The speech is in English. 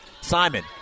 Simon